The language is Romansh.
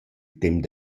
temp